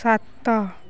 ସାତ